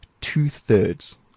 two-thirds